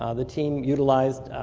ah the team utilized